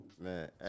man